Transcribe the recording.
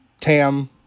Tam